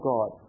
God